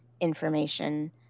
information